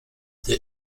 the